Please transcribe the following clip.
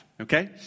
okay